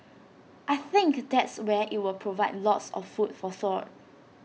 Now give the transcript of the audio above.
I think that's where IT will provide lots of food for thought